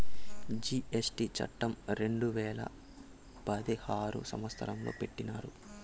GST చట్టం రెండు వేల పదహారు సంవత్సరంలో పెట్టినారు